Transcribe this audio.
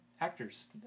actors